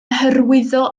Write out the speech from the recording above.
hyrwyddo